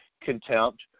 contempt